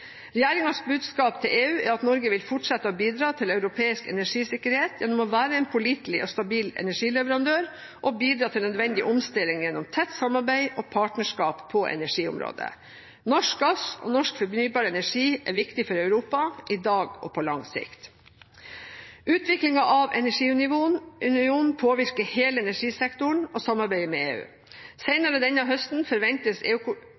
budskap til EU er at Norge vil fortsette å bidra til europeisk energisikkerhet gjennom å være en pålitelig og stabil energileverandør og bidra til nødvendig omstilling gjennom tett samarbeid og partnerskap på energiområdet. Norsk gass og norsk fornybar energi er viktig for Europa, i dag og på lang sikt. Utviklingen av energiunionen påvirker hele energisektoren og samarbeidet med EU. Senere denne høsten forventes